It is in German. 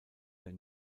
der